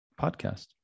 podcast